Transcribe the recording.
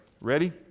Ready